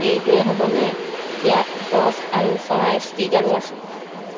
এইটোৱে হ'বনে ইয়াত গছ আৰু চৰাইৰ ষ্টিকাৰো আছে